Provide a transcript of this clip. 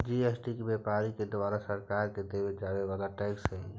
GST व्यापारि के द्वारा सरकार के देवे जावे वाला टैक्स हई